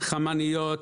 חמניות,